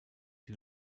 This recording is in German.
die